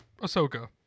Ahsoka